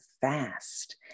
fast